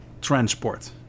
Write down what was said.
transport